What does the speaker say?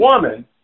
woman